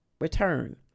return